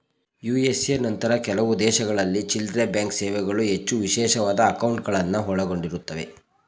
USA ನಂತಹ ಕೆಲವು ದೇಶಗಳಲ್ಲಿ ಚಿಲ್ಲ್ರೆಬ್ಯಾಂಕ್ ಸೇವೆಗಳು ಹೆಚ್ಚು ವಿಶೇಷವಾದ ಅಂಕೌಟ್ಗಳುನ್ನ ಒಳಗೊಂಡಿರುತ್ತವೆ